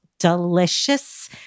Delicious